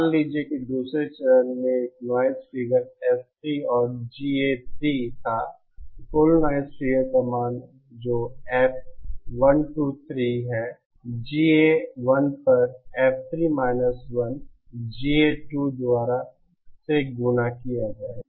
मान लीजिए कि दूसरे चरण में एक नॉइज़ फिगर S3 और GA3 था तो कुल नॉइज़ फिगर का मान जो F123 है GA1 पर F3 1 GA2 द्वारा से गुणा किया जाएगा